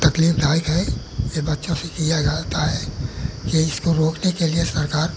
तकलीफ़दायक है यह बच्चों से किया जाता है यह इसको रोकने के लिए सरकार